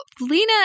Lena